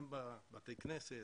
הם בבתי הכנסת,